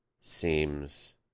seems